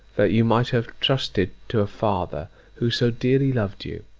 that you might have trusted to a father who so dearly loved you.